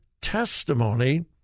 testimony